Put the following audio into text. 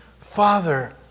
Father